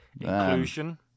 inclusion